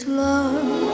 love